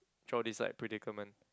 throughout this like predicament